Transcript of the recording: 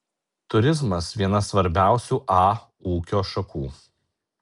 turizmas viena svarbiausių a ūkio šakų